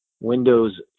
Windows